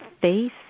face